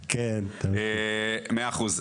מאה אחוז.